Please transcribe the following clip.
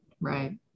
right